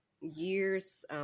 years